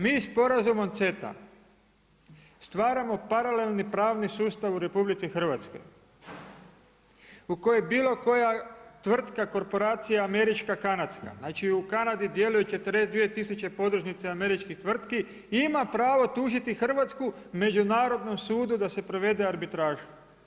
Mi sporazumom CETA stvaramo paralelni sustav u RH u kojoj bilo koja tvrtka, korporacija, američka, kanadska, znači u Kanadi djeluje 42 tisuće podružnice američkih tvrtki , ima pravo tužiti Hrvatsku, međunarodnom sudu da se provede arbitraža.